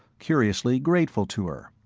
curiously grateful to her.